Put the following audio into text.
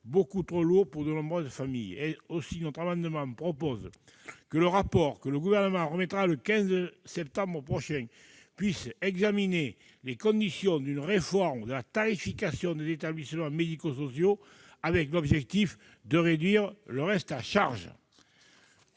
beaucoup trop lourd pour de nombreuses familles. Dans cette perspective, nous proposons que le rapport que le Gouvernement remettra le 15 septembre prochain examine les conditions d'une réforme de la tarification des établissements médico-sociaux, en vue de la réduction de ce reste à charge.